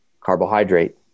carbohydrate